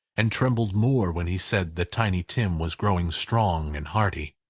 and trembled more when he said that tiny tim was growing strong and hearty.